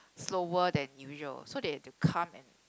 slower than usual so they had to come and